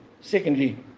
secondly